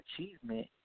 achievement